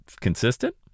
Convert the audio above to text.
consistent